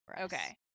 okay